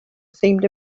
seemed